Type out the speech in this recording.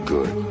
Good